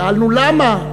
שאלנו: למה?